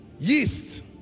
yeast